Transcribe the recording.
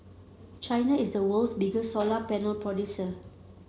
China is the world's biggest solar panel producer